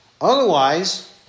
Otherwise